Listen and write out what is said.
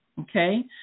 okay